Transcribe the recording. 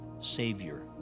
Savior